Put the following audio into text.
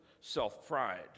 self-pride